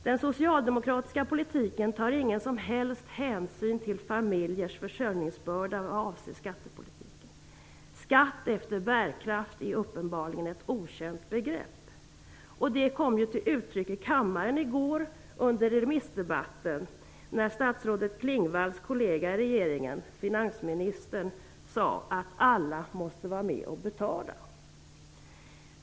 Den socialdemokratiska politiken tar ingen som helst hänsyn till familjers försörjningsbörda vad avser skattepolitiken. Skatt efter bärkraft är uppenbarligen ett okänt begrepp. Det kom till uttryck i kammaren i går under remissdebatten, när statsrådet Klingvalls kollega i regeringen, finansministern, sade att alla måste vara med och betala.